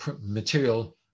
material